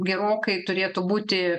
gerokai turėtų būti